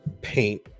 paint